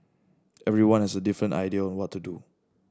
everyone has a different idea on what to do